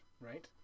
right